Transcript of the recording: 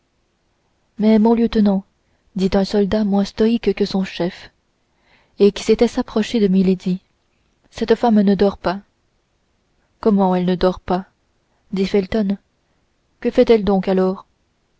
mais mon lieutenant dit un soldat moins stoïque que son chef et qui s'était approché de milady cette femme ne dort pas comment elle ne dort pas dit felton que fait-elle donc alors